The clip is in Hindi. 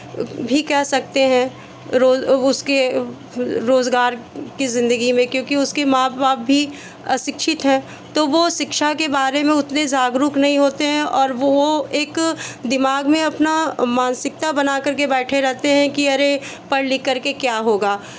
भी कह सकते हैं रोज़ उसके रोज़गार की ज़िंदगी में क्योंकि उसके माँ बाप भी अशिक्षित हैं तो वो शिक्षा के बारे में उतने ज़ागरुक नहीं होते हैं और वो एक दिमाग में अपना मानसिकता बनाकर के बैठे रहते हैं कि अरे पढ़ लिखकर के क्या होगा